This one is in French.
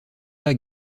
pas